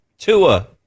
Tua